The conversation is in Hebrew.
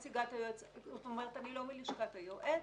אני מלשכת היועץ,